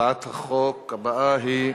הצעת החוק הבאה היא,